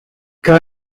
que